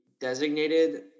designated